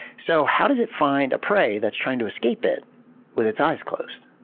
so how does it find a prey that's trying to escape it with its eyes closed?